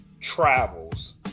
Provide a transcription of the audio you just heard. travels